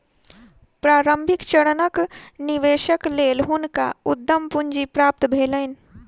प्रारंभिक चरणक निवेशक लेल हुनका उद्यम पूंजी प्राप्त भेलैन